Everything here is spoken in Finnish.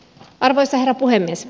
arvoisa herra puhemies